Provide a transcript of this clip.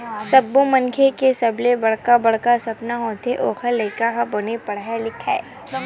सब्बो मनखे के सबले बड़का सपना होथे ओखर लइका ह बने पड़हय लिखय